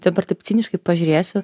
dabar taip ciniškai pažiūrėsiu